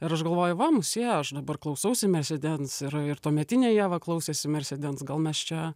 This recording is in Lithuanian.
ir aš galvoju va mus sieja aš dabar klausausi mersedens ir ir tuometinė ieva klausėsi mersedens gal mes čia